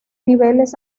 niveles